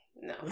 No